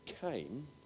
came